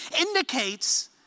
indicates